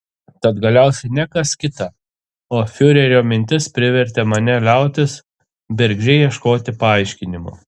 tad galiausiai ne kas kita o fiurerio mintis privertė mane liautis bergždžiai ieškoti paaiškinimų